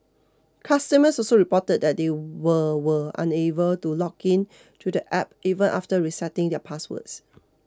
customers also reported that they were were unable to log in to the app even after resetting their passwords